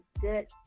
good